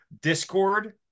discord